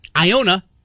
Iona